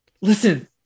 Listen